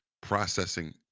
processing